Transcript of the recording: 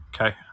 Okay